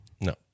No